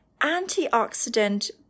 antioxidant